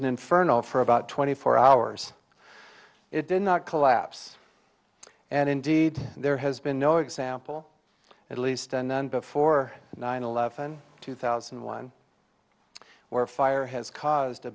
an inferno for about twenty four hours it did not collapse and indeed there has been no example at least and then before nine eleven two thousand and one where a fire has caused a